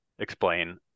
explain